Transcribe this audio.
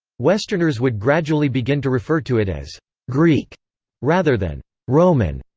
westerners would gradually begin to refer to it as greek rather than roman.